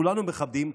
כולנו מכבדים,